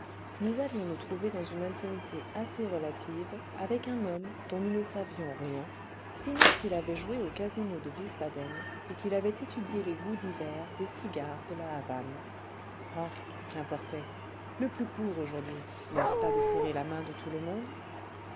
nous allions nous trouver dans une intimité assez relative avec un homme dont nous ne savions rien sinon qu'il avait joué au casino de wiesbaden et qu'il avait étudié les goûts divers des cigares de la havane ah qu'importait le plus court aujourd'hui n'est-ce pas de serrer la main de tout le monde